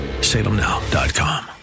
Salemnow.com